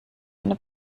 eine